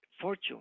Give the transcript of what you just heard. fortune